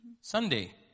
Sunday